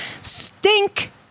stink